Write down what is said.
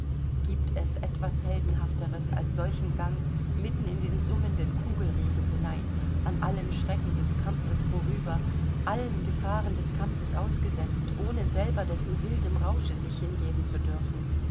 gibt es etwas heldenhafteres als solchen gang mitten in den summenden kugelregen hinein an allen schrecken des kampfes vorüber allen gefahren des kampfes ausgesetzt ohne selber dessen wildem rausche sich hingeben zu dürfen